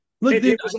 look